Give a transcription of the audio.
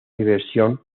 diversión